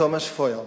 תומש פויאר,